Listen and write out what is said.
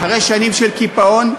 אחרי שנים של קיפאון,